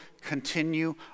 continue